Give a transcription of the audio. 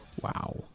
Wow